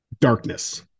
Darkness